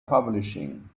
publishing